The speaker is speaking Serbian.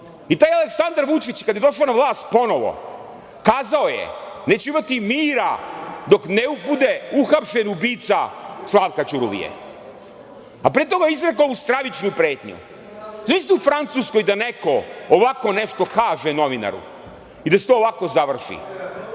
i taj Aleksandar Vučić kada je došao na vlast ponovo kazao je, neću imati mira dok ne bude uhapšen ubica Slavka Ćuruvije, a pre toga je izrekao ovu stravičnu pretnju. Zamislite u Francuskoj da neko ovako nešto kaže novinaru i da se to ovako završi.